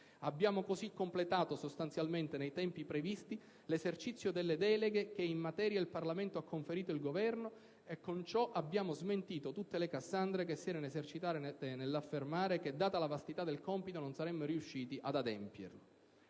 Abbiamo così completato, sostanzialmente nei tempi previsti, l'esercizio delle deleghe che in materia il Parlamento ha conferito al Governo, e con ciò abbiamo smentito tutte le Cassandre che si erano esercitate nell'affermare che, data la vastità del compito, non saremmo riusciti ad adempierlo.